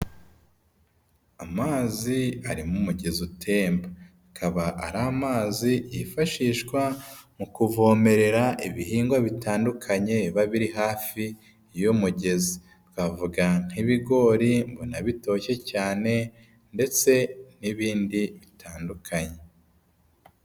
Amazi arimo umugezi utemba. Akaba ari amazi yifashishwa mu kuvomerera ibihingwa bitandukanye biba biri hafi y'umugezi. Twavuga nk'ibigori mbona bitoshye cyane, ndetse n'ibindi bitandukanye.